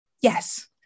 Yes